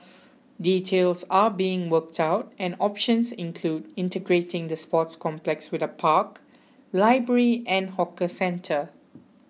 details are being worked out and options include integrating the sports complex with a park library and hawker centre